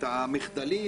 המחדלים